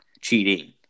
Cheating